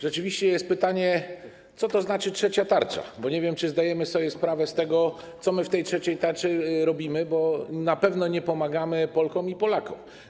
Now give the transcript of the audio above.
Rzeczywiście jest pytanie, co to znaczy trzecia tarcza, bo nie wiem, czy zdajemy sobie sprawę z tego, co my w ramach tej trzeciej tarczy robimy, bo na pewno nie pomagamy Polkom i Polakom.